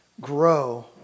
grow